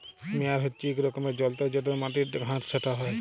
মেয়ার হছে ইক রকমের যল্তর যেটতে মাটির ঘাঁস ছাঁটা হ্যয়